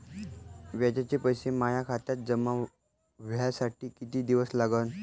व्याजाचे पैसे माया खात्यात जमा व्हासाठी कितीक दिवस लागन?